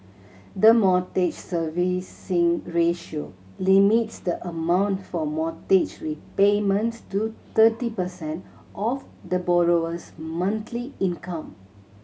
the Mortgage Servicing Ratio limits the amount for mortgage repayments to thirty percent of the borrower's monthly income